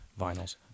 Vinyls